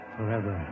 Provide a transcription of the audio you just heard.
Forever